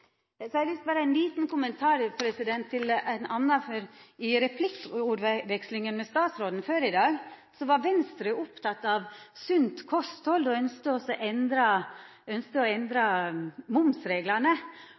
Så har eg lyst til å koma med berre ein liten kommentar til ein annan: I replikkordvekslinga med statsråden før i dag var Venstre opptatt av sunt kosthald, og ønskte å endra